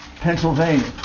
Pennsylvania